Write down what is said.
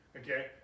okay